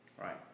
Right